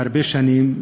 הרבה שנים,